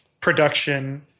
production